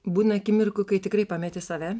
būna akimirkų kai tikrai pameti save